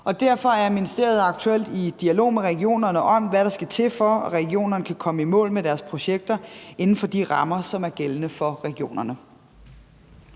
Derfor er ministeriet aktuelt i dialog med regionerne om, hvad der skal til, for at regionerne kan komme i mål med deres projekter inden for de rammer, som er gældende for regionerne.